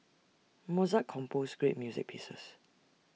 Mozart composed great music pieces